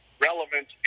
relevant